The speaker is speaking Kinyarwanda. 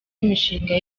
imishinga